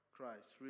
Christ